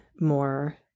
more